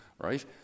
right